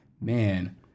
man